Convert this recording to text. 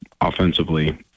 offensively